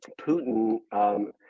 Putin